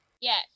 yes